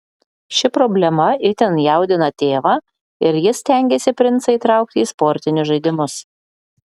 ši problema itin jaudina tėvą ir jis stengiasi princą įtraukti į sportinius žaidimus